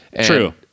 True